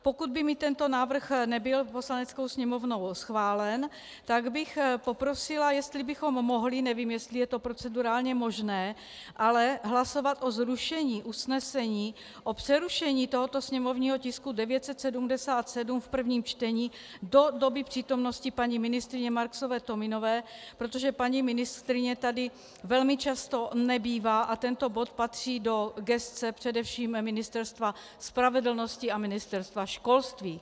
Pokud by mi tento návrh nebyl Poslaneckou sněmovnou schválen, tak bych poprosila, jestli bychom mohli, nevím, jestli je to procedurálně možné, ale hlasovat o zrušení usnesení o přerušení tohoto sněmovního tisku 977 v prvním čtení do doby přítomnosti paní ministryně Marksové Tominové, protože paní ministryně tady velmi často nebývá a tento bod patří do gesce především Ministerstva spravedlnosti a Ministerstva školství.